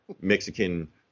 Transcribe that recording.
mexican